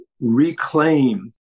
reclaim